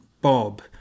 Bob